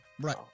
Right